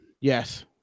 yes